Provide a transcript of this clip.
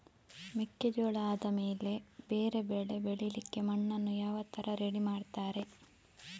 ಮೆಕ್ಕೆಜೋಳ ಆದಮೇಲೆ ಬೇರೆ ಬೆಳೆ ಬೆಳಿಲಿಕ್ಕೆ ಮಣ್ಣನ್ನು ಯಾವ ತರ ರೆಡಿ ಮಾಡ್ತಾರೆ?